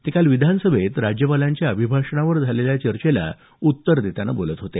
ते काल विधानसभेत राज्यपालांच्या अभिभाषणावर झालेल्या चर्चेला उत्तर देतांना बोलत होते